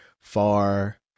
far